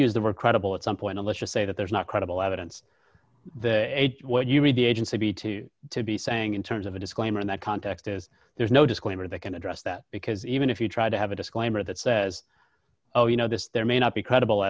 use the word credible at some point alicia say that there's not credible evidence that what you read the agency to to be saying in terms of a disclaimer in that context is there's no disclaimer that can address that because even if you try to have a disclaimer that says oh you know this there may not be credible